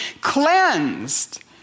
cleansed